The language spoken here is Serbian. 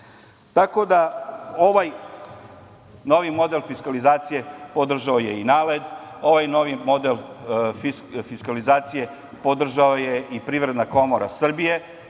da, ovaj novi model fiskalizacije podržao je i NALED, ovaj novi model fiskalizacije podržala je i Privredna komora Srbije